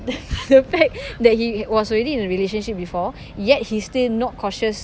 the fact that he was already in a relationship before yet he still not cautious